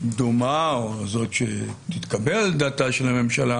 דומה, או זאת שתתקבל על דעתה של הממשלה